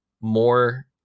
more